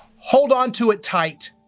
hold onto it tight,